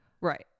right